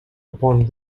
upon